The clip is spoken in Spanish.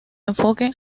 enfoque